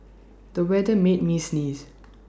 the weather made me sneeze